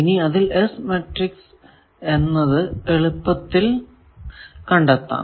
ഇനി അതിൽ S matrix എന്നത് എളുപ്പത്തിൽ കണ്ടെത്താം